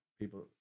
People